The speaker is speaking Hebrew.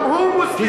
גם הוא מוסלמי.